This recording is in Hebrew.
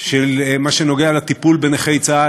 של מה שנוגע לטיפול בנכי צה"ל,